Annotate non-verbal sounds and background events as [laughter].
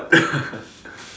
[laughs]